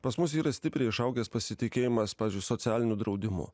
pas mus yra stipriai išaugęs pasitikėjimas pavyzdžiui socialiniu draudimu